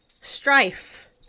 strife